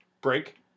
break